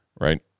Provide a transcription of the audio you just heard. right